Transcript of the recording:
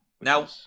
Now